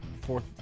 Fourth